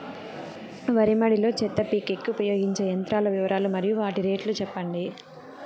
వరి మడి లో చెత్త పీకేకి ఉపయోగించే యంత్రాల వివరాలు మరియు వాటి రేట్లు చెప్పండి?